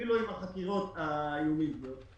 אפילו עם החקירות היומינטיות,